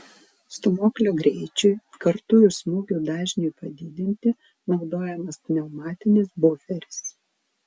stūmoklio greičiui kartu ir smūgių dažniui padidinti naudojamas pneumatinis buferis